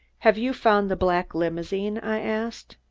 have you found the black limousine? i asked.